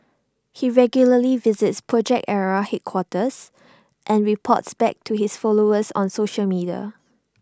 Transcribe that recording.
he regularly visits project Ara headquarters and reports back to his followers on social media